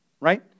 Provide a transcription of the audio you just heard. right